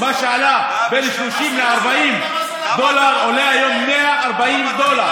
מה שהיה בין 30 ל-40 דולר עולה היום 140 דולר.